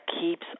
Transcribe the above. keeps